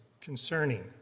concerning